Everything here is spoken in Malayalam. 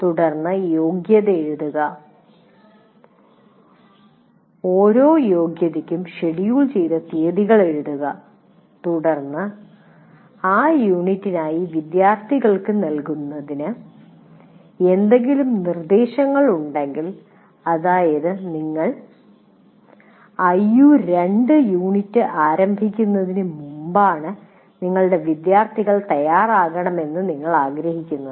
തുടർന്ന് യോഗ്യത എഴുതുക ഓരോ യോഗ്യതയ്ക്കും ഷെഡ്യൂൾ ചെയ്ത തീയതികൾ എഴുതുക തുടർന്ന് ആ യൂണിറ്റിനായി വിദ്യാർത്ഥികൾക്ക് നൽകുന്നതിന് എന്തെങ്കിലും നിർദ്ദേശങ്ങൾ ഉണ്ടെങ്കിൽ അതായത് നിങ്ങൾ IU2 യൂണിറ്റ് ആരംഭിക്കുന്നതിന് മുമ്പാണ് നിങ്ങളുടെ വിദ്യാർത്ഥികൾ തയ്യാറാകണമെന്ന് നിങ്ങൾ ആഗ്രഹിക്കുന്നത്